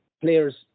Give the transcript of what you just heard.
players